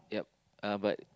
yup uh but